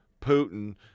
Putin